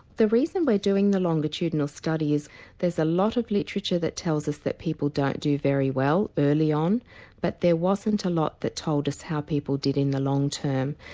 the reason we're doing a longitudinal study is there's a lot of literature that tells us that people don't do very well early on but there wasn't a lot that told us how people did in the long term.